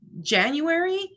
January